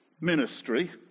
ministry